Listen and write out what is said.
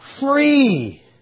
Free